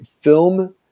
film